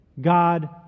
God